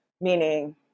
meaning